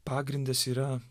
pagrindas yra